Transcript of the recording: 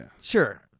Sure